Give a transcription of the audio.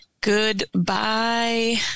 goodbye